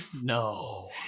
No